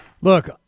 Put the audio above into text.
Look